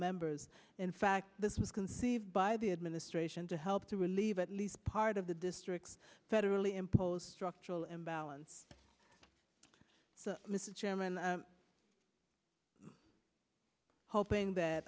members in fact this was conceived by the administration to help to relieve at least part of the district's federally imposed structural imbalance so mr chairman hoping that